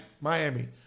Miami